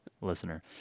listener